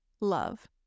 love